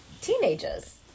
teenagers